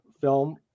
film